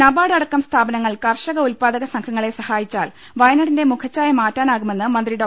NABARD അടക്കം സ്ഥാപനങ്ങൾ കർഷക ഉത്പാദക സംഘങ്ങളെ സഹായിച്ചാൽ വയനാടിന്റെ മുഖച്ഛായ മാറ്റാനാകുമെന്ന് മന്ത്രി ഡോ